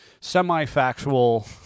semi-factual